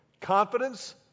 confidence